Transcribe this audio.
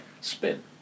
spin